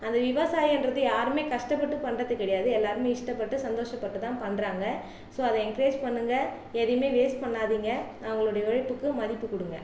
அந்த விவசாயம்ன்றது யாருமே கஷ்டப்பட்டு பண்ணுறது கிடையாது எல்லாருமே இஷ்டப்பட்டு சந்தோஷப்பட்டு தான் பண்ணுறாங்க ஸோ அதை என்கரேஜ் பண்ணுங்க எதையுமே வேஸ்ட் பண்ணாதீங்க அவங்களுடைய உழைப்புக்கு மதிப்பு கொடுங்க